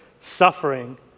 suffering